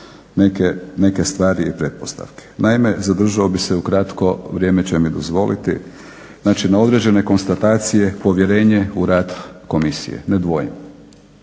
neke stvari i pretpostavke. Naime, zadržao bih se ukratko, vrijeme će mi dozvoliti, znači na određene konstatacije, povjerenje u rad komisije – ne dvojim.